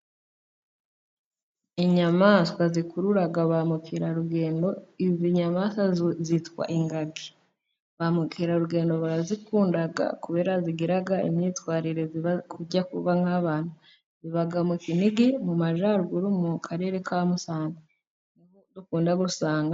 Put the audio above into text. Inyamaswa zikurura ba mukerarugendo inyamaswa zitwa ingagi. Ba mukerarugendo barazikunda kubera zigira imyitwarire ijya ku nk'abantu ziba mu kinigi mu majyaruguru mu karere ka Musanze niho dukunda kuzisanga.